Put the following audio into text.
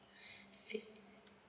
fif~